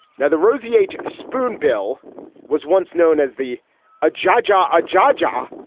now the rosie eight spoon bill was once known as the a jar jar a jar jar.